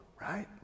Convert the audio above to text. right